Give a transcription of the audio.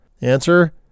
Answer